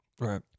Right